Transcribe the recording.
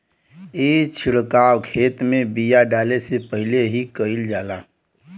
ई छिड़काव खेत में बिया डाले से पहिले ही कईल जाला